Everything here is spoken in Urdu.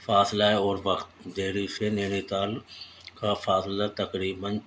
فاصلہ اور وقت دہلی سے نینی تال کا فاصلہ تقریباً